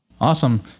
Awesome